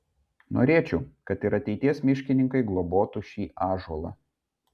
norėčiau kad ir ateities miškininkai globotų šį ąžuolą